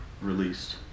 released